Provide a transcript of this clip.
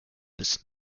bis